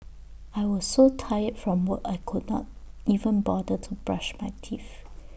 I was so tired from work I could not even bother to brush my teeth